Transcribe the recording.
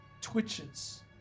Twitches